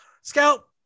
Scout